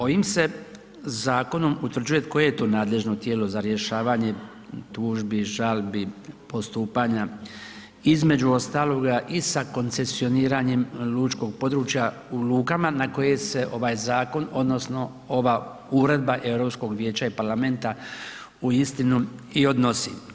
Ovim se zakonom utvrđuje koje je to nadležno tijelo za rješavanje tužbi i žalbi, postupanja, između ostaloga i koncesioniranjem lučkog područja u lukama na koje se ovaj zakon odnosno ova uredba Europskog vijeća i Parlamenta uistinu i odnosi.